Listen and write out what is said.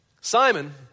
Simon